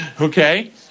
Okay